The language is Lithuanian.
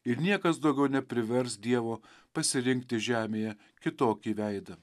ir niekas daugiau neprivers dievo pasirinkti žemėje kitokį veidą